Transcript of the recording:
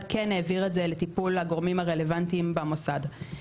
כן העביר את זה לטיפול הגורמים הרלוונטיים במוסד.